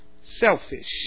Selfish